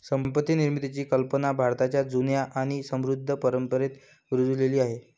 संपत्ती निर्मितीची कल्पना भारताच्या जुन्या आणि समृद्ध परंपरेत रुजलेली आहे